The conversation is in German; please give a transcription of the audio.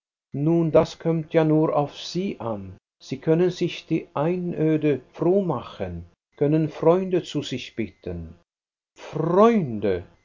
nun das kömmt ja nur auf sie an sie können sich die einöde froh machen können freunde zu sich bitten freunde fragte